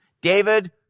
David